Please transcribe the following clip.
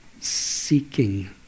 seeking